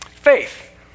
Faith